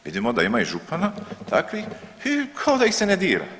Vidimo da ima i župana takvih i kao da ih se ne dira.